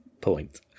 point